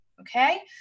okay